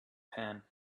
pan